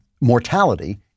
mortality